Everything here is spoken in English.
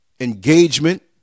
engagement